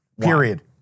Period